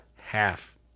half